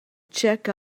check